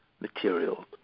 material